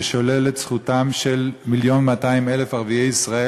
ששולל את זכותם של 1.2 מיליון ערביי ישראל